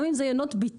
גם אם זה יינות ביתן.